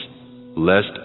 Lest